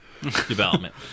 development